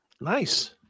Nice